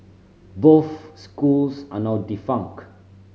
both schools are now defunct